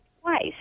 twice